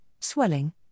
swelling